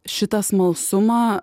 šitą smalsumą